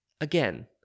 Again